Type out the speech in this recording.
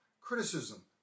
Criticism